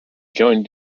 joined